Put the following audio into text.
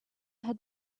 had